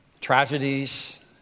tragedies